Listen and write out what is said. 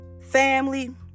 family